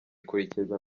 ikurikirwa